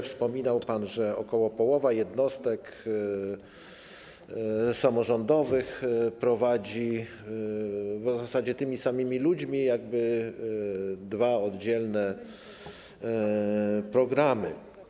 Wspominał pan, że ok. połowa jednostek samorządowych prowadzi w zasadzie z tymi samymi ludźmi dwa oddzielne programy.